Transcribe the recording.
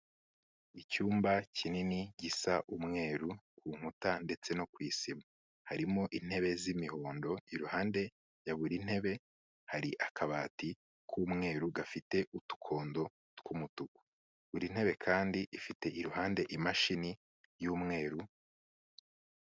Icyumba kinini gisa umweru ku nkuta ndetse no ku isima. Harimo intebe z'imihondo, iruhande ya buri ntebe, hari akabati k'umweru gafite udukondo tw'umutuku, buri ntebe kandi ifite iruhande imashini y'umweru...